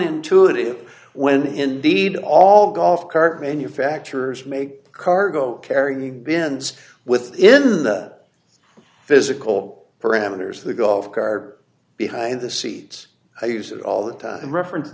intuitive when indeed all golf cart manufacturers make cargo carrying the bins within the physical parameters of the golf car behind the seats i use it all the time reference